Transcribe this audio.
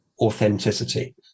authenticity